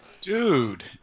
dude